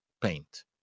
paint